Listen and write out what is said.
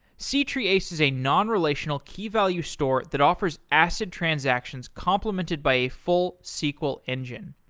c-treeace is a non-relational key-value store that offers acid transactions complemented by a full sql engine.